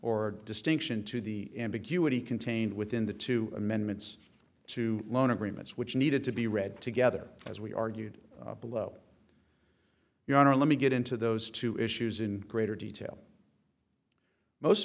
or distinction to the ambiguity contained within the two amendments to loan agreements which needed to be read together as we argued below your honor let me get into those two issues in greater detail most